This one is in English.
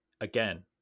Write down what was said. again